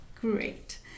Great